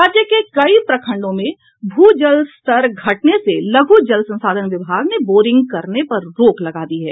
राज्य के कई प्रखंडों में भू जल स्तर घटने से लघु जल संसाधन विभाग ने बोरिंग करने पर रोक लगा दी है